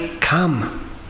come